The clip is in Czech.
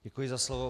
Děkuji za slovo.